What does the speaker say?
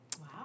wow